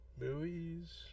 movies